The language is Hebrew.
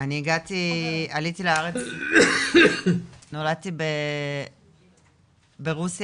אני הגעתי, עליתי לארץ, נולדתי ברוסיה,